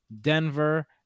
Denver